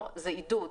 לא זה עידוד.